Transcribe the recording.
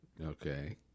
Okay